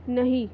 नहीं